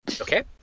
Okay